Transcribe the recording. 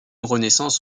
renaissance